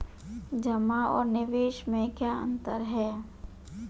जमा और निवेश में क्या अंतर है?